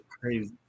crazy